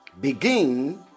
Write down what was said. begin